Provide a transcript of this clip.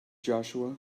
joshua